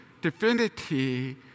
divinity